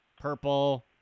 purple